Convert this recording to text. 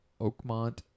Oakmont